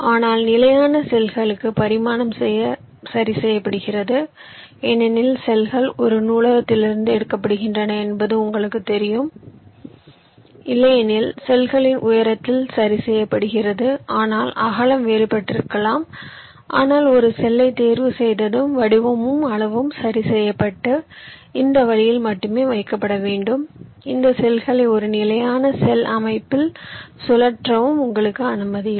ஆனால் நிலையான செல்லுக்கு பரிமாணம் சரி செய்யப்படுகிறது ஏனெனில் செல்கள் ஒரு நூலகத்திலிருந்து எடுக்கப்படுகின்றன என்பது உங்களுக்குத் தெரியும் இல்லையெனில் செல்களின் உயரத்தில் சரி செய்யப்படுகிறது ஆனால் அகலம் வேறுபட்டிருக்கலாம் ஆனால் ஒரு செல்லை தேர்வுசெய்ததும் வடிவமும் அளவும் சரி செய்யப்பட்டு இந்த வழியில் மட்டுமே வைக்கப்பட வேண்டும் இந்த செல்களை ஒரு நிலையான செல் அமைப்பில் சுழற்றவும் உங்களுக்கு அனுமதி இல்லை